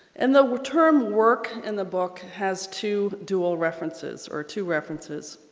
and the term work in the book has two dual references or two references.